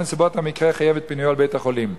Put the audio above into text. נסיבות המקרה חייבו את פינויו לבית-החולים.